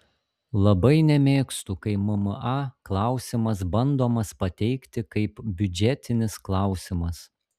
labai nemėgstu kai mma klausimas bandomas pateikti kaip biudžetinis klausimas